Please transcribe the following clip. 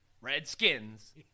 Redskins